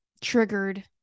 triggered